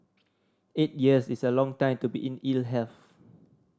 eight years is a long time to be in ill health